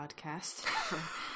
podcast